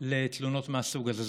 לתלונות מהסוג הזה.